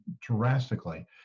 drastically